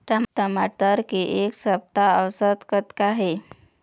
टमाटर के एक सप्ता औसत कतका हे?